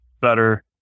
better